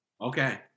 Okay